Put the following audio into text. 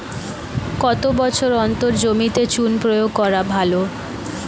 কত বছর অন্তর জমিতে চুন প্রয়োগ করা ভালো?